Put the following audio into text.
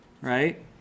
Right